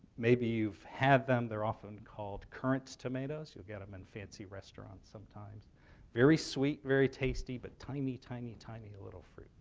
maybe you've had them. they're often called currants tomatoes. you'll get them in fancy restaurants sometimes very sweet, very tasty, but tiny, tiny, tiny little fruit,